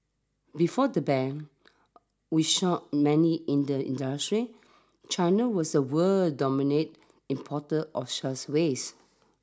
before the ban which shocked many in the industry China was the world's dominant importer of such waste